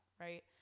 right